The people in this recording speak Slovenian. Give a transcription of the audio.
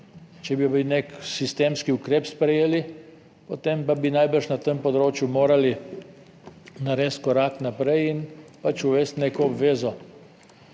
Če bi nek sistemski ukrep sprejeli, potem pa bi najbrž na tem področju morali narediti korak naprej in pač uvesti neko obvezo.